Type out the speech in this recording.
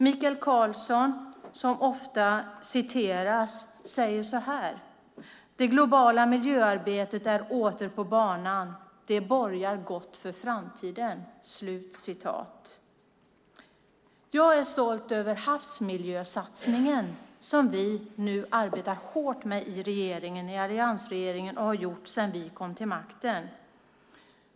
Mikael Karlsson, som ofta citeras, säger så här: "Det globala miljöarbetet . är åter på banan. Det borgar gott för framtiden." Jag är stolt över havsmiljösatsningen som alliansregeringen nu arbetar hårt med. Det har vi gjort sedan vi kom till makten.